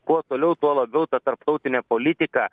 kuo toliau tuo labiau ta tarptautinė politika